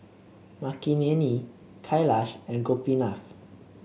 Makineni Kailash and Gopinath